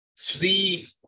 three